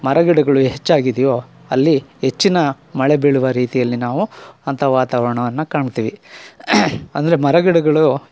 ಮರಗಿಡಗಳು ಹೆಚ್ಚಾಗಿದೆಯೋ ಅಲ್ಲಿ ಹೆಚ್ಚಿನ ಮಳೆ ಬೀಳುವ ರೀತಿಯಲ್ಲಿ ನಾವು ಅಂಥ ವಾತಾವರಣವನ್ನ ಕಾಣ್ತೀವಿ ಅಂದರೆ ಮರಗಿಡಗಳು